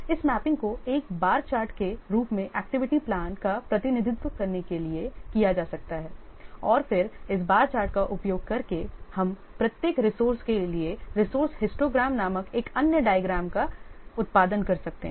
तो इस मैपिंग को एक बार चार्ट के रूप में एक्टिविटी प्लान का प्रतिनिधित्व करने के लिए किया जा सकता है और फिर इस बार चार्ट का उपयोग करके हम प्रत्येक रिसोर्से के लिए रिसोर्से हिस्टोग्राम नामक एक अन्य डायग्राम का उत्पादन कर सकते हैं